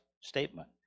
statement